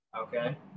Okay